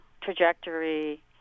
trajectory